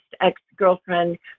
ex-girlfriend